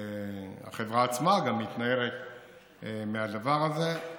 וגם החברה עצמה מתנערת מהדבר הזה.